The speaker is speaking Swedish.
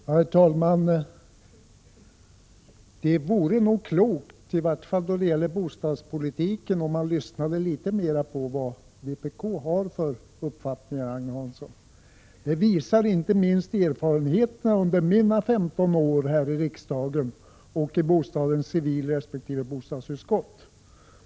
Herr talman! Det vore nog klokt, Agne Hansson, om man då det gäller bostadspolitiken lyssnade litet mera på vpk:s uppfattningar. Detta visar inte minst erfarenheterna från mina 15 år här i riksdagen och min erfarenhet som ledamot av civilutskottet resp. bostadsutskottet.